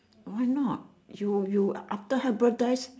why not you you after her birthday's